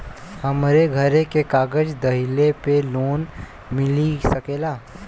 हमरे घरे के कागज दहिले पे लोन मिल सकेला?